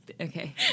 Okay